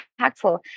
impactful